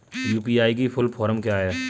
UPI की full form क्या है?